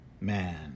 Man